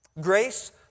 Grace